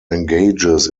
engages